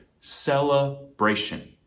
Celebration